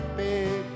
big